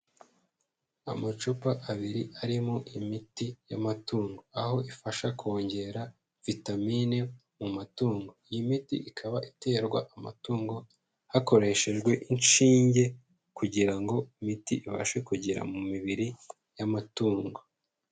Amacupa abiri arimo imiti y'amatungo aho ifasha kongera vitamine mu matungo, iyi miti ikaba iterwa amatungo hakoreshejwe inshinge kugira ngo imiti ibashe kugera mu mibiri y'amatungo.